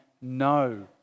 no